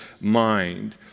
mind